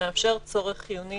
שמאפשר צורך חיוני